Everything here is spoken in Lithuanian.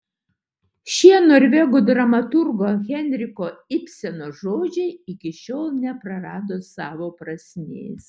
šie norvegų dramaturgo henriko ibseno žodžiai iki šiol neprarado savo prasmės